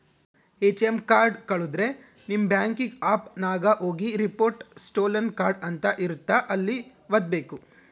ATM card ಕಳುದ್ರೆ ನಿಮ್ banking app ನಾಗ ಹೋಗಿ ರಿಪೋರ್ಟ್ ಸ್ಟೋಲನ್ ಕಾರ್ಡ್ ಅಂತ ಇರುತ್ತ ಅಲ್ಲಿ ವತ್ತ್ಬೆಕು